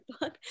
book